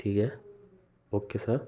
ठीक है okay sir